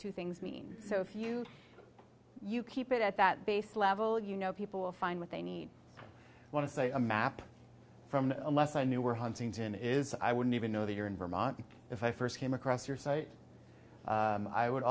two things mean so if you you keep it at that base level you know people will find what they need want to say a map from unless i knew where huntington is i wouldn't even know that you're in vermont if i first came across your site i would